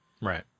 Right